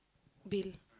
bill